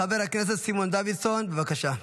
חבר הכנסת סימון דוידסון, בבקשה.